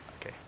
okay